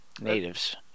natives